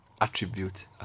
attribute